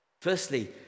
Firstly